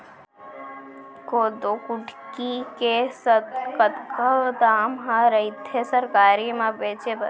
कोदो कुटकी के कतका दाम ह रइथे सरकारी म बेचे बर?